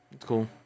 cool